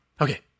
Okay